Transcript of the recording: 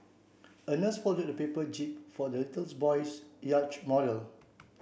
a nurse folded a paper jib for the little boy's yacht model